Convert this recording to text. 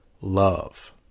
love